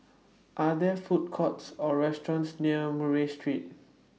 Are There Food Courts Or restaurants near Murray Street